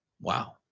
Wow